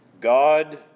God